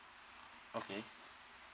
okay